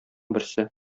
берсе